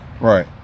Right